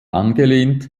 angelehnt